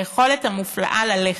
היכולת המופלאה ללכת.